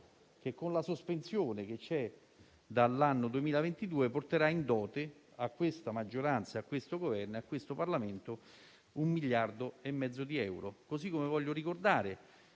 alla sua sospensione dall'anno 2022, porterà in dote a questa maggioranza, a questo Governo e a questo Parlamento un miliardo e mezzo di euro. Voglio altresì ricordare